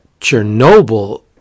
Chernobyl